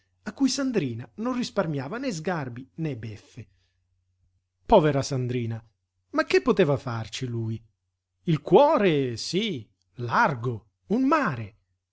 a cui sandrina non risparmiava né sgarbi né beffe povera sandrina ma che poteva farci lui il cuore sí largo un mare